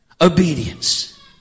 Obedience